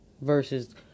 versus